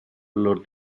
olor